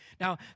Now